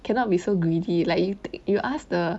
cannot be so greedy like you you ask the